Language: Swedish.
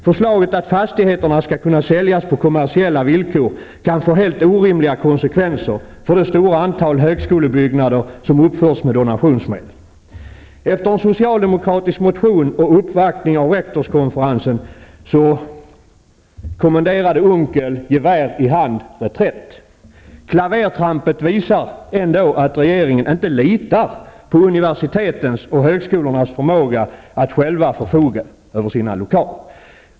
Förslaget att fastigheterna skall kunna säljas på kommersiella villkor kan få helt orimliga konsekvenser för det stora antal högskolebyggnader som uppförts med donationsmedel. Efter en socialdemokratisk motion och uppvaktning av rektorskonferensen kommenderade Unckel gevär i hand, reträtt! Klavertrampet visar ändå att regeringen inte litar på universitetens och högskolornas förmåga att själva förfoga över sina lokaler.